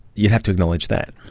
you'd have to acknowledge that.